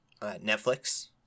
Netflix